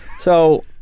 So-